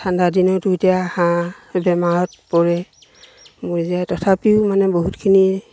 ঠাণ্ডা দিনতো এতিয়া হাঁহ বেমাৰত পৰে মৰি যায় তথাপিও মানে বহুতখিনি